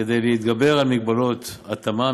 כדי להתגבר על מגבלות התמ"מ,